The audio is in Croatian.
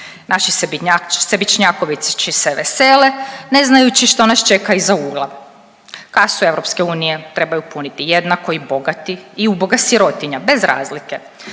Naši sebičnjakovići se vesele ne znajući što nas čeka iza ugla. Kasu EU trebaju puniti jednako i bogati i uboga sirotinja bez razlike.